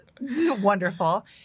wonderful